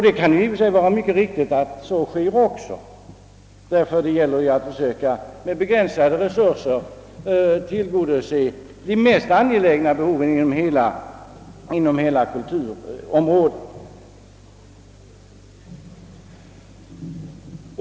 Det kan i och för sig vara mycket riktigt att så sker, eftersom det gäller att med begränsade resurser söka tillgodose de mest angelägna behoven inom hela kulturområdet.